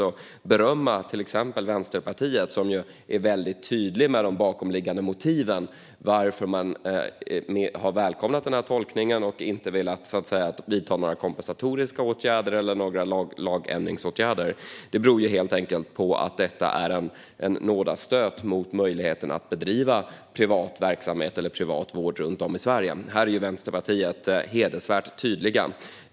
Till exempel kan jag berömma Vänsterpartiet, som är väldigt tydligt med de bakomliggande motiven till att man har välkomnat den nya tolkningen och inte har velat vidta några kompensatoriska åtgärder eller lagändringsåtgärder. Det handlar om att detta är en nådastöt mot möjligheten att bedriva privat vård runt om i Sverige. Här är Vänsterpartiet hedervärt tydligt.